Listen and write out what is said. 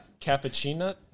Cappuccino